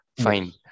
Fine